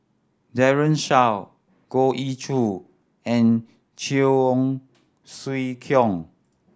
Daren Shiau Goh Ee Choo and Cheong Siew Keong